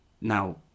now